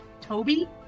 Toby